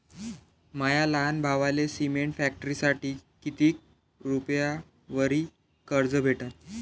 माया लहान भावाले सिमेंट फॅक्टरीसाठी कितीक रुपयावरी कर्ज भेटनं?